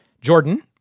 Jordan